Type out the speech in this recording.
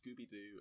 Scooby-Doo